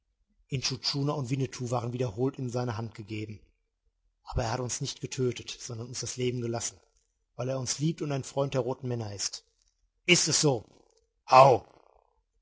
und winnetou waren wiederholt in seine hand gegeben aber er hat uns nicht getötet sondern uns das leben gelassen weil er uns liebt und ein freund der roten männer ist ist es so howgh